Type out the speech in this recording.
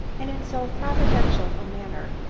and in so providential a manner,